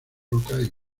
rocas